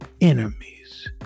enemies